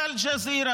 על אל-ג'זירה,